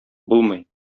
булмый